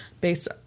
based